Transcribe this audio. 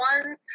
one